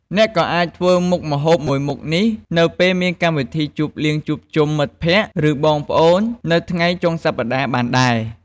អ្នកក៏អាចធ្វើមុខម្ហូបមួយមុខនេះនៅពេលមានកម្មវិធីជប់លៀងជួបជុំមិត្តភក្តិ ឬបងប្អូននៅថ្ងៃចុងសប្តាហ៍បានដែរ។